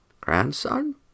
Grandson